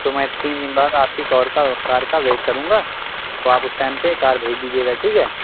تو میں تین دن بعد آپ کی کور کا کار کا ویٹ کروں گا تو آپ اس ٹائم پہ کار بھیج دیجیے گا ٹھیک ہے